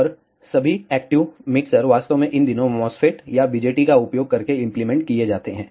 और सभी active mixer वास्तव में इन दिनों MOSFETs या BJTs का उपयोग करके इंप्लीमेंट किए जाते हैं